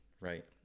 right